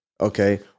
Okay